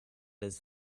his